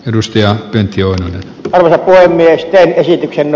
edustaja pentti oinonen olivat myös esityksen